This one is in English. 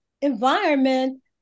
environment